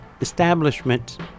establishment